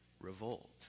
revolt